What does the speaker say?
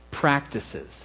practices